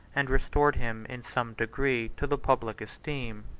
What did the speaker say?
and restored him in some degree to the public esteem.